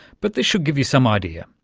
but this should give you some idea.